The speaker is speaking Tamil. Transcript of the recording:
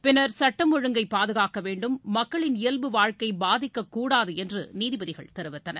பின்னர் சட்டம் ஒழுங்கை பாதுகாக்க வேண்டும் மக்களின் இயல்பு வாழ்க்கை பாதிக்கக்கூடாது என்று நீதிபதிகள் தெரிவித்தனர்